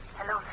Hello